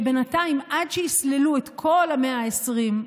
שבינתיים עד שיסללו את כל ה-120,